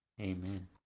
Amen